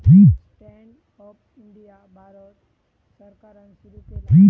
stand up India भारत सरकारान सुरू केला